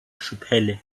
şüpheli